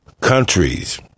countries